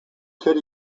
kid